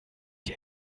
die